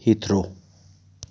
heathrow